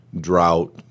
drought